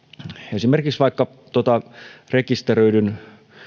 esimerkiksi rekisteröidyn